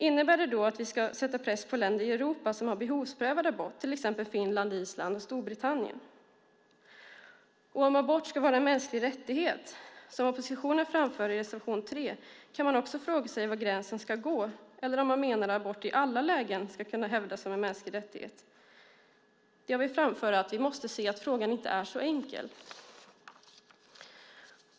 Innebär det då att vi ska sätta press på länder i Europa som har behovsprövad abort, till exempel Finland, Island och Storbritannien? Om abort ska vara en mänsklig rättighet, som oppositionen framför i reservation 3, kan man också fråga sig var gränsen ska gå. Eller menar man att abort i alla lägen ska kunna hävdas som en mänsklig rättighet? Jag vill framföra att vi måste se att frågan inte är så enkel.